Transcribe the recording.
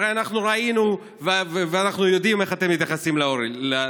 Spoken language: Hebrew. הרי אנחנו ראינו ואנחנו יודעים איך אתם מתייחסים לעולים.